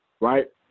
Right